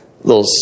little